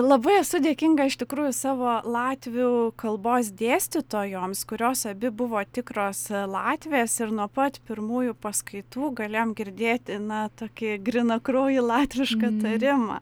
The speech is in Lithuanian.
labai esu dėkinga iš tikrųjų savo latvių kalbos dėstytojoms kurios abi buvo tikros latvės ir nuo pat pirmųjų paskaitų galėjom girdėti na tokį grynakraujį latvišką tarimą